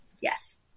yes